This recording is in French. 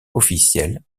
officielles